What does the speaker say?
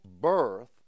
birth